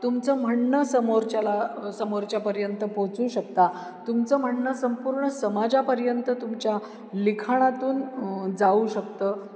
तुमचं म्हणणं समोरच्याला समोरच्यापर्यंत पोचू शकता तुमचं म्हणणं संपूर्ण समाजापर्यंत तुमच्या लिखाणातून जाऊ शकतं